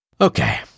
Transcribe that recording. Okay